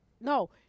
no